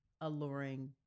Alluring